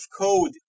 code